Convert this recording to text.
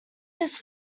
his